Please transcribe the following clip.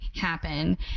happen